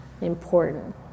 important